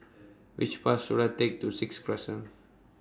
Which Bus should I Take to Sixth Crescent